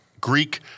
Greek